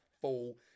full